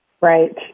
Right